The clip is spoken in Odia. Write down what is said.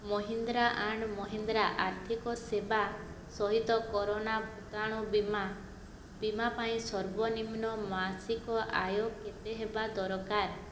ମହିନ୍ଦ୍ରା ଆଣ୍ଡ୍ ମହିନ୍ଦ୍ରା ଆର୍ଥିକ ସେବା ସହିତ କରୋନା ଭୂତାଣୁ ବୀମା ବୀମା ପାଇଁ ସର୍ବନିମ୍ନ ମାସିକ ଆୟ କେତେ ହେବା ଦରଳାର